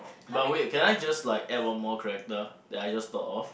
but wait can I just like add one more character that I just thought of